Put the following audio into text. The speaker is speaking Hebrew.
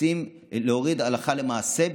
הלכה למעשה,